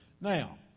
Now